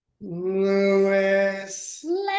Lewis